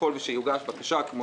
ככל שתוגש בקשה, כפי